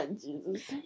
Jesus